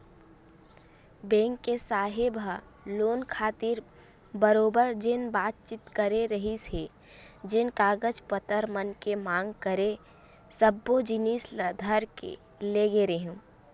bank के साहेब ह लोन खातिर बरोबर जेन बातचीत करे रिहिस हे जेन कागज पतर मन के मांग करे सब्बो जिनिस ल धर के लेगे रेहेंव